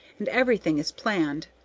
and everything is planned.